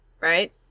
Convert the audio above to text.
Right